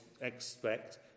expect